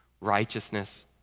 righteousness